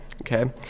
Okay